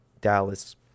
Dallas